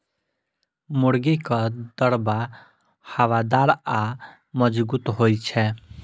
मुर्गीक दरबा हवादार आ मजगूत होइत छै